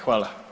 Hvala.